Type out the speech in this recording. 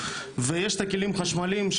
ויש את הכלים החשמליים,